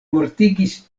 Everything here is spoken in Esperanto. mortigis